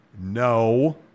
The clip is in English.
no